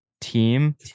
team